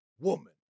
woman